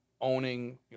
owning